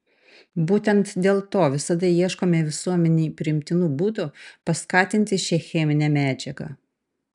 būtent dėl to visada ieškome visuomenei priimtinų būdų paskatinti šią cheminę medžiagą